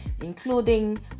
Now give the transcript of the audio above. including